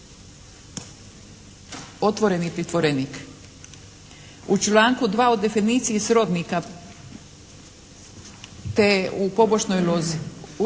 otvoreni pritvorenik. U članku 2. u definiciji srodnika, te u pobočnoj lozi.